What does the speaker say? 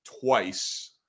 twice